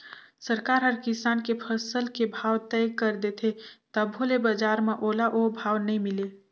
सरकार हर किसान के फसल के भाव तय कर देथे तभो ले बजार म ओला ओ भाव नइ मिले